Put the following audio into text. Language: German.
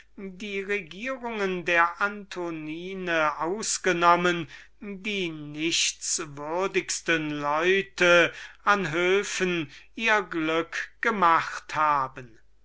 die regierungen der antonine und juliane ausgenommen die nichtswürdigsten leute an höfen ihr glück gemacht haben